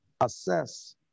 assess